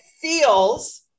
feels